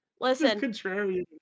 Listen